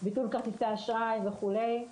ביטול כרטיסי אשראי וכולי.